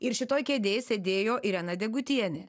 ir šitoj kėdėj sėdėjo irena degutienė